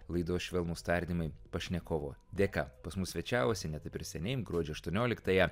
laidos švelnūs tardymai pašnekovo dėka pas mus svečiavosi net ir seniai gruodžio aštuonioliktąją